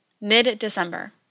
Mid-December